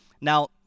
now